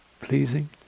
pleasing